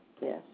Yes